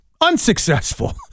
unsuccessful